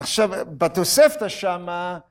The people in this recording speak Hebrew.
‫עכשיו, בתוספתא שמה...